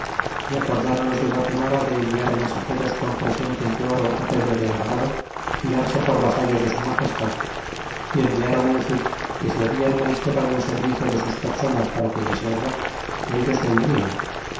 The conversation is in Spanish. acordaron los de guatimala de enviar mensageros con presentes de oro á pedro de alvarado y darse por vasallos de su magestad y enviaron decir que si hablan menester algun servicio de sus personas para aquellas guerras que ellos vendrian